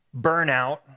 burnout